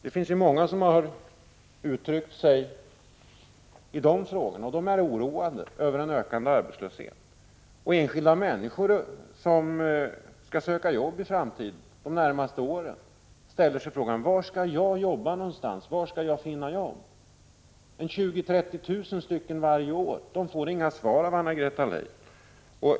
Det finns många som har uttryckt sin mening i dessa frågor, och de är oroade över den ökande arbetslösheten. Enskilda människor som kommer att söka jobb de närmaste åren ställer sig frågan: Var skall jag jobba någonstans? Var skall jag finna jobb? Det gäller 20 000-30 000 människor varje år. De får inget svar av Anna-Greta Leijon.